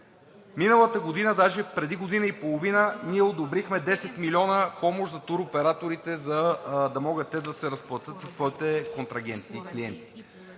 Миналата година – даже преди година и половина, ние одобрихме 10 милиона помощ за туроператорите да могат те да се разплатят със своите контрагенти и клиенти,